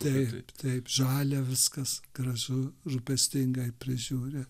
taip taip žalia viskas gražu rūpestingai prižiūri